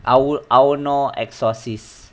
ao ao no exorcist